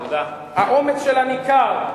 האומץ שלה ניכר,